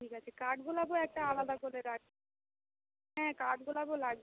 ঠিক আছে কাঠগোলাপও একটা আলাদা করে রাখাবেন হ্যাঁ কাঠগোলাপও লাগবে